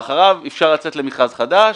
ואחריו אפשר לצאת למכרז חדש,